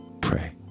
Pray